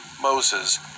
Moses